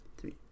Three